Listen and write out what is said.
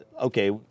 okay